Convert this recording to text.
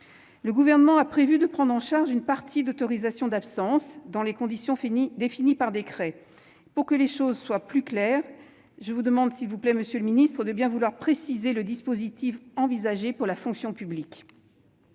Le Gouvernement a prévu de prendre en charge une partie des autorisations d'absence, dans des conditions définies par décret. Pour que les choses soient plus claires, pourriez-vous, monsieur le secrétaire d'État, préciser le dispositif envisagé pour la fonction publique